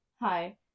hi